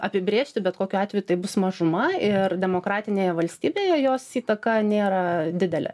apibrėžti bet kokiu atveju tai bus mažuma ir demokratinėje valstybėje jos įtaka nėra didelė